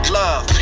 love